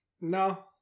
No